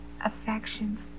affections